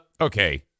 okay